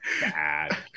bad